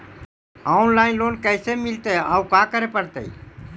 Online loan कैसे मिलतै औ का करे पड़तै?